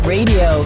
Radio